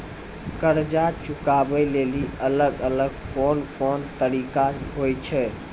कर्जा चुकाबै लेली अलग अलग कोन कोन तरिका होय छै?